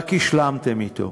רק השלמתם אתו,